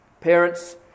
parents